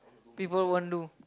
people won't do